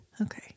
Okay